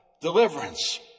Deliverance